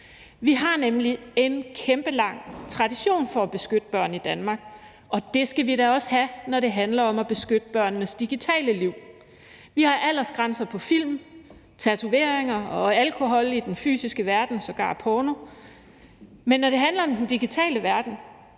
Vi har nemlig en utrolig lang tradition for at beskytte børn i Danmark, og det skal vi da også have, når det handler om at beskytte børnenes digitale liv. Vi har aldersgrænser på film, tatoveringer og alkohol i den fysiske verden, sågar for porno, men når det handler om den digitale verden,